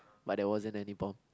but there wasn't any bomb